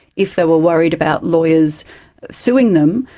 if they were worried about lawyers suing them,